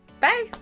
Bye